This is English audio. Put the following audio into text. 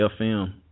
FM